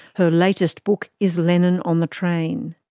her latest book is lenin on the train.